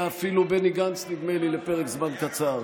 נדמה לי שאפילו בני גנץ היה לפרק זמן קצר.